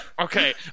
Okay